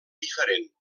diferent